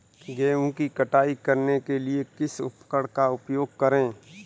गेहूँ की कटाई करने के लिए किस उपकरण का उपयोग करें?